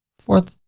fourth.